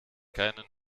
keine